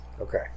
Okay